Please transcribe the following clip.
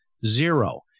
zero